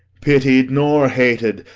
pitied nor hated,